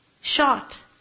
Shot